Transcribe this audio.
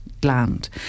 gland